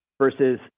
versus